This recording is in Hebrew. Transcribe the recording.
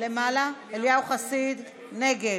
אליהו חסיד, נגד,